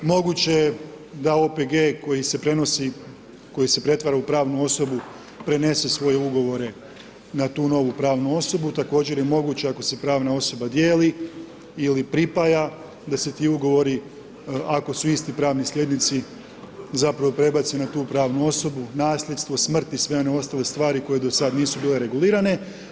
Moguće da OPG koji se prenosi, koji se pretvara u pravnu osobu, prenese svoje ugovore na tu novu pravnu osobu, također je moguće ako se pravna osoba dijeli ili pripaja, da se ti ugovori, ako su isti pravni slijednici, zapravo prebaci na tu pravnu osobu, na nasljedstvo, smrt i sve one ostale stvari koje do sad nisu bile regulirane.